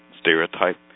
stereotype